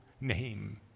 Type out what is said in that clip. name